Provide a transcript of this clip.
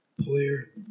player